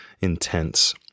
intense